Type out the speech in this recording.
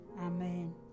Amen